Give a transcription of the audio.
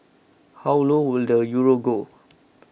how low will the Euro go